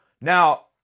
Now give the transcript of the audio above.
Now